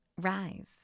rise